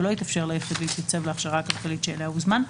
ולא התאפשר ליחיד להתייצב להכשרה הכלכלית שאליה הוזמן,